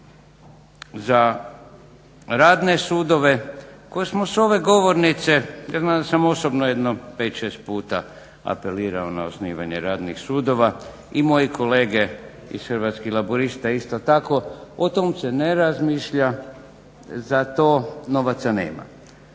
za radne sudove koje smo s ove govornice ja znam da sam osobno jedno pet, šest puta apelirao na osnivanje radnih sudova i moji kolege iz Hrvatskih laburista isto tako o tom se ne razmišlja, za to novaca nema.